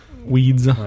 Weeds